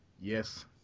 Yes